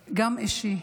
אישי.